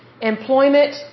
employment